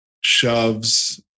shoves